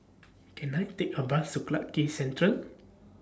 Can I Take A Bus Clarke Quay Central